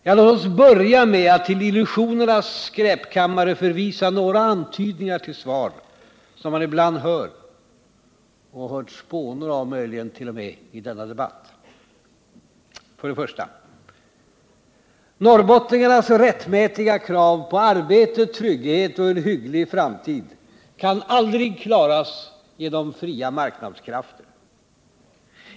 Ja, låt oss börja med att till illusionernas skräpkammare förvisa några antydningar till svar som man ibland hört och t.o.m. hört spånor av i denna debatt. 1. Norrbottningarnas rättmätiga krav på arbete, trygghet och en hygglig framtid kan aldrig klaras genom fria marknadskrafter.